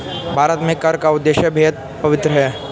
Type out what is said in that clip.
भारत में कर का उद्देश्य बेहद पवित्र है